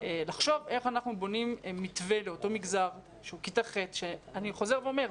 לחשוב איך אנחנו בונים מתווה לאותו מגזר שהוא כיתה ח' ואני חוזר ואומר,